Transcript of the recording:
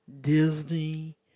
Disney